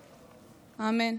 אמן.